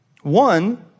One